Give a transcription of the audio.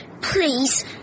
Please